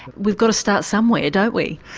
we've got to start somewhere don't we?